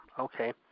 Okay